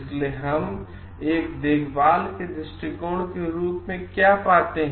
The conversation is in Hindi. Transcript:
इसलिए हम एक देखभाल के दृष्टिकोण के रूप में क्या पाते हैं